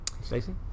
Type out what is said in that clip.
Stacy